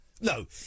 No